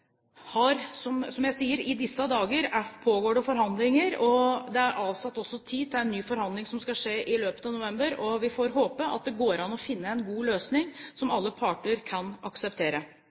det er også avsatt tid til en ny forhandling i løpet av november. Vi får håpe at det går an å finne en god løsning som alle parter kan akseptere.